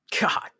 God